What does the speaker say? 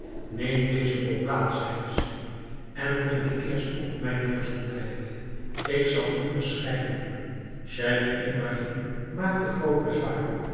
neem deze bokaal zeide zij en drink eerst op mijne gezondheid ik zal u bescheid doen scheich ibrahim maakte groot bezwaar